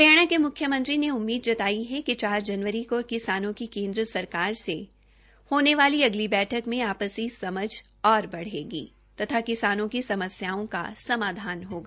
हरियाणा के मुख्यमंत्री ने उम्मीद जताई है कि चार जनवरी को किसानों की केन्द्र सरकार से होने वाली अगली बैठक में आपसी समझ और बढ़ेगी तथा किसानों की समस्याओं का समाधान होगा